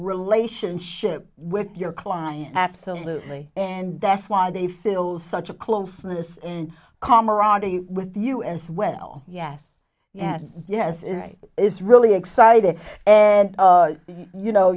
relationship with your client absolutely and that's why they feel such a closeness and camaraderie with you as well yes yes yes it is really excited and you know